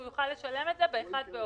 הוא יוכל לשלם את זה באחד באוגוסט.